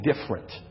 different